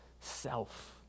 self